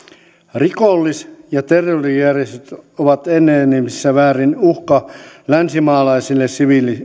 rikollis ja terrorijärjestöt ovat enenevissä määrin uhka länsimaalaisille